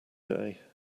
day